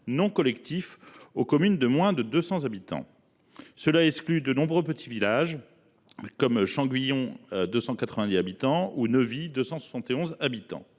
non collectif (ANC) aux communes de moins de 200 habitants. Cela exclut de nombreux petits villages, comme Champguyon – 290 habitants – ou Neuvy – 271 habitants.